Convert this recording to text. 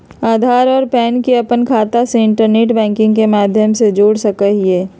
आधार और पैन के अपन खाता से इंटरनेट बैंकिंग के माध्यम से जोड़ सका हियी